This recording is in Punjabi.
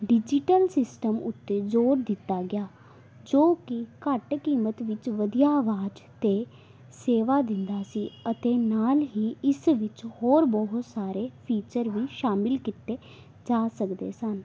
ਡਿਜ਼ੀਟਲ ਸਿਸਟਮ ਉੱਤੇ ਜ਼ੋਰ ਦਿੱਤਾ ਗਿਆ ਜੋ ਕਿ ਘੱਟ ਕੀਮਤ ਵਿੱਚ ਵਧੀਆ ਆਵਾਜ਼ 'ਤੇ ਸੇਵਾ ਦਿੰਦਾ ਸੀ ਅਤੇ ਨਾਲ਼ ਹੀ ਇਸ ਵਿੱਚ ਹੋਰ ਬਹੁਤ ਸਾਰੇ ਫੀਚਰ ਵੀ ਸ਼ਾਮਿਲ ਕੀਤੇ ਜਾ ਸਕਦੇ ਸਨ